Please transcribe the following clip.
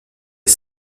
est